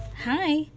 Hi